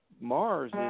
Mars